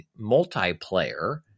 multiplayer